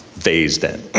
phase then?